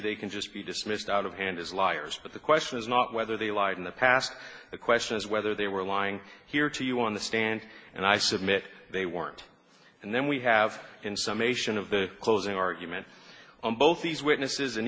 they can just be dismissed out of hand as liars but the question is not whether they lied in the past the question is whether they were lying here to you on the stand and i submit they weren't and then we have in some ation of the closing argument on both these witnesses an